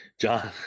John